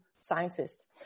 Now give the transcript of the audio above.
scientists